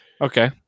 Okay